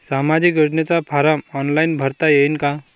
सामाजिक योजनेचा फारम ऑनलाईन भरता येईन का?